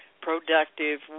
productive